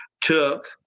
took